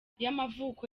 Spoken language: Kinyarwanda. yamavuko